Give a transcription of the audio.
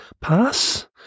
Pass